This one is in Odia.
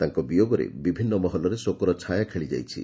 ତାଙ୍କ ବିୟୋଗରେ ବିଭିନ୍ନ ମହଲରେ ଶୋକର ଛାୟା ଖେଳିଯାଇଛି